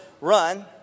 run